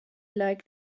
like